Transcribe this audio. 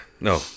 No